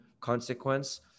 consequence